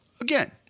Again